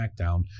SmackDown